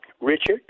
Richard